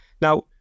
Now